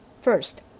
First